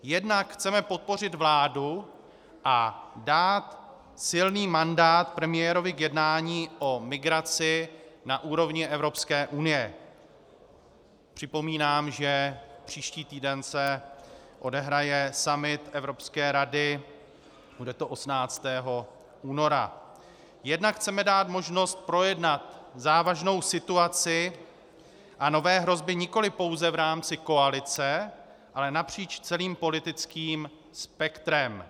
Jednak chceme podpořit vládu a dát silný mandát premiérovi k jednání o migraci na úrovni Evropské unie připomínám, že příští týden se odehraje summit Evropské rady, bude to 18. února , jednak chceme dát možnost projednat závažnou situaci a nové hrozby nikoliv pouze v rámci koalice, ale napříč celým politickým spektrem.